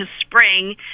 spring